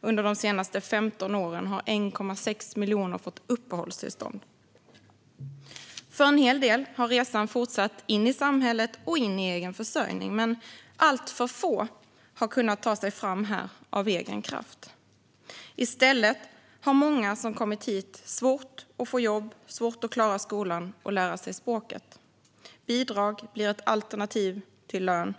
Under de senaste 15 åren har 1,6 miljoner fått uppehållstillstånd. För en hel del har resan fortsatt in i samhället och in i egen försörjning. Men alltför få har kunnat ta sig fram av egen kraft. I stället har många som kommit hit svårt att få jobb, svårt att klara skolan och svårt att lära sig språket. Bidrag blir ett alternativ till lön.